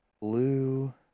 Blue